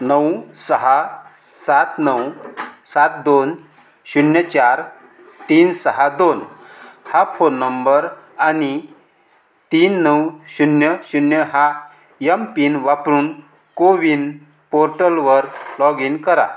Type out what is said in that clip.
नऊ सहा सात नऊ सात दोन शून्य चार तीन सहा दोन हा फोन नंबर आणि तीन नऊ शून्य शून्य हा एमपिन वापरून कोविन पोर्टलवर लॉग इन करा